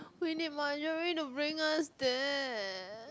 we need Marjorie to bring us there